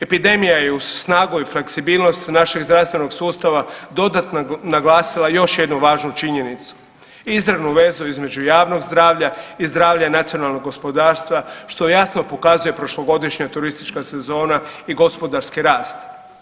Epidemija je uz snagu i fleksibilnost našeg zdravstvenog sustava dodatno naglasila još jednu važnu činjenicu, izravnu vezu između javnog zdravlja i zdravlja nacionalnog gospodarstva što jasno pokazuje prošlogodišnja turistička sezona i gospodarski rast.